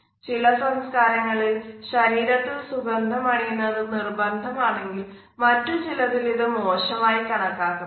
ചില സംസ്കാരങ്ങളിൽ ശരീരത്തിൽ സുഗന്ധം അണിയുന്നത് നിർബന്ധമാണെങ്കിൽ മറ്റു ചിലതിൽ ഇത് മോശമായി കണക്കാക്കപ്പെടുന്നു